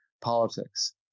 politics